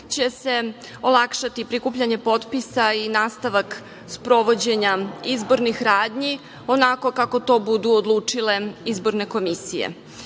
će se olakšati prikupljanje potpisa i nastavak sprovođenja izbornih radnji onako kako to budu odlučile izborne komisije. Pre